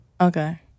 Okay